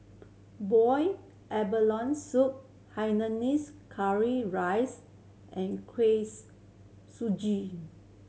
boy abalone soup Hainanese curry rice and kuih suji